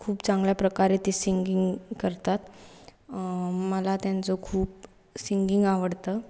खूप चांगल्या प्रकारे ते सिंगिंग करतात मला त्यांचं खूप सिंगिंग आवडतं